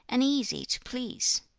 and easy to please.